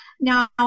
Now